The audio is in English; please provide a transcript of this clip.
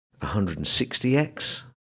160x